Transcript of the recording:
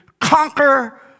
conquer